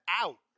out